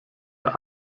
der